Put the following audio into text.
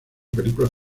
películas